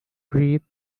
breathe